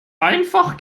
einfach